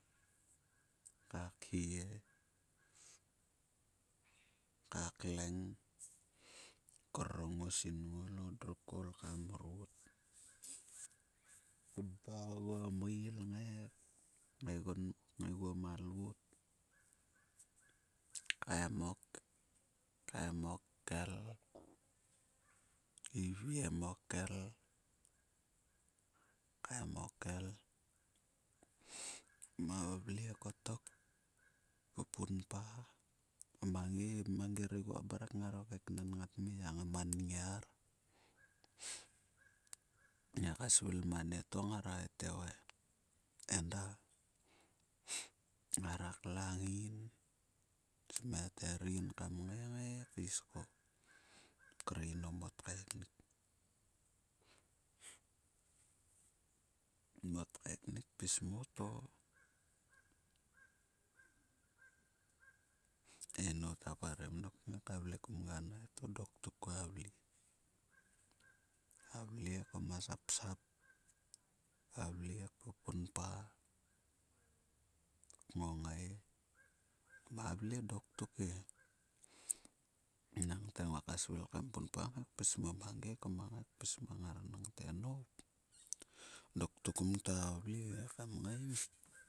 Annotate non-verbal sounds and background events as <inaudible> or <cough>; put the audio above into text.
Ka khie ka kleng kororgn o singol koul ka mrot. Kpunpa oguo meil kngai gun <unintelligible> kngaiguo ma loot. Kaem o kel, iviem o kel, kaem okel. Kpupunpa, o mangi riguon mrek ngaro keknen ngat mi ya. Ngama nngiar. Ngiaka svil mang anieta ngara haveing yin, "oi enda." Ngara klang yin smia ter yin kaesko dokkre inou mot kaeknik. Ngot kaeknik pis mo to e inou ta parem dok kngai ka vle kum ganai to dok tuk kua vle. Ka vle kuma sapsap ka vle kpupunpa, kngongai kvavle dok tuk e. enngte nguak svil kam punpa kngai kpis mo mangi ngura ngai enangte nop dok tuk kumtua valve e.